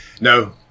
No